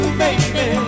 baby